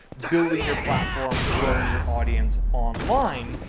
building your platform, growing your audience. online.